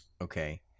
Okay